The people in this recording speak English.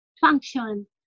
function